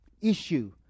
issue